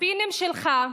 הספינים שלך,